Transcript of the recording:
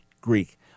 Greek